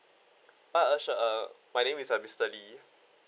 uh uh sure uh my name is uh mister lee